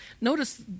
Notice